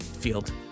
field